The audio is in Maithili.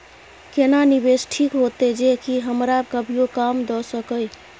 केना निवेश ठीक होते जे की हमरा कभियो काम दय सके?